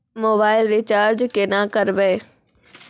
Mobile recharge केना करबै?